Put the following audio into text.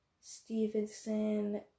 stevenson